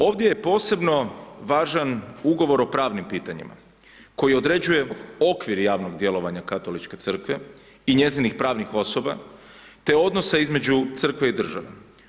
Ovdje je posebno važan ugovor o pravnim pitanjima koji određuje okvir javnog djelovanja Katoličke crkve i njezinih pravnih osoba te odnosa između Crkve i države.